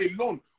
alone